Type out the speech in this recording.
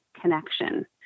connection